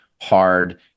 hard